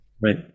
Right